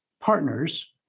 partners